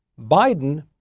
Biden